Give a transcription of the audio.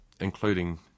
including